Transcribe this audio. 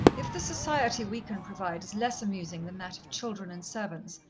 if the society we can provide is less amusing than that of children and servants,